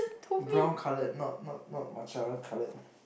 brown coloured not not not matcha coloured